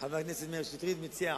מאיר שטרית, מציע החוק.